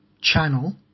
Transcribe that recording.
channel